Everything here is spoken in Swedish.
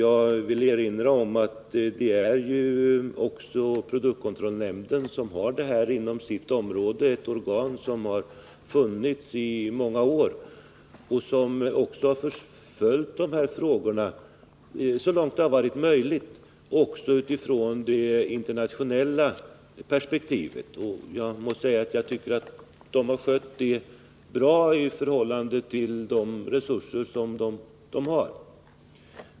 Jag vill erinra om att den frågan ligger inom produktkontrollnämndens område. Detta organ har funnits i många år och har följt dessa frågor så långt det varit möjligt, också utifrån det internationella perspektivet. Jag tycker att nämnden har skött detta bra i förhållande till de resurser den har.